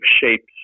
shapes